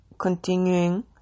continuing